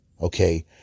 Okay